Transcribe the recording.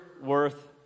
worth